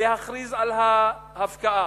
להכריז על ההפקעה,